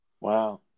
Wow